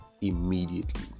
immediately